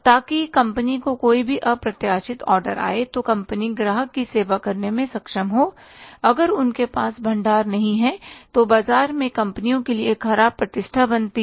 ताकि कंपनी को कोई भी अप्रत्याशित ऑर्डर आए तो कंपनी ग्राहक की सेवा करने में सक्षम हो अगर उनके पास भंडार नहीं है तो बाजार में कंपनियों के लिए एक खराब प्रतिष्ठा बनती है